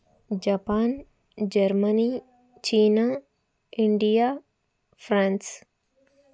Japan Germany China India France